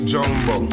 Jumbo